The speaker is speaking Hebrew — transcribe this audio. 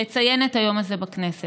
לציין את היום הזה בכנסת.